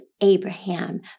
Abraham